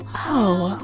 oh.